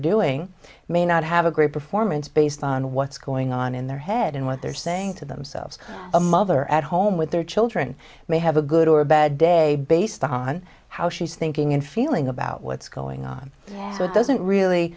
doing may not have a great performance based on what's going on in their head and what they're saying to themselves a mother at home with their children may have a good or bad day based on how she's thinking and feeling about what's going on so it doesn't really